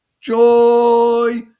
Joy